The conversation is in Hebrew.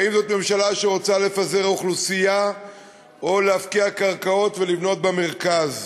האם זו ממשלה שרוצה לפזר אוכלוסייה או להפקיע קרקעות ולבנות במרכז.